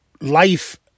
life